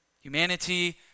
Humanity